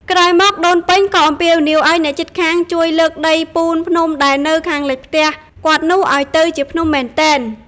ក្រោយមក ដូនពេញក៏អំពាវនាវឲ្យអ្នកជិតខាងជួយលើកដីពូនភ្នំដែលនៅខាងលិចផ្ទះគាត់នោះឲ្យទៅជាភ្នំធំមែនទែន។